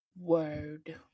Word